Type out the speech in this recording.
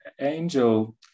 Angel